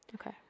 Okay